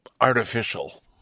artificial